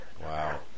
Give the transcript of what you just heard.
Wow